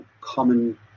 common